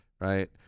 right